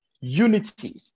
unity